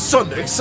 Sunday